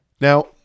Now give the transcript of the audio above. Now